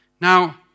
Now